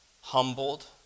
humbled